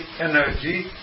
energy